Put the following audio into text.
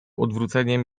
odwróceniem